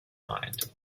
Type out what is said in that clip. mind